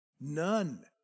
None